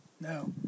No